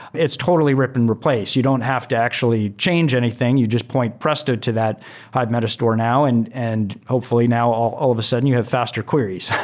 it's totally rip and replace. you don't have to actually change anything. you just point presto to that hive meta-store now and and hopefully now all all of a sudden you have faster queries.